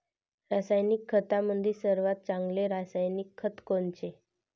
रासायनिक खतामंदी सर्वात चांगले रासायनिक खत कोनचे?